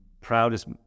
proudest